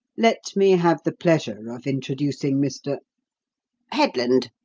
let me have the pleasure of introducing mr headland,